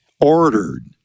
ordered